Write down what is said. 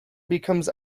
becomes